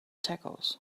tacos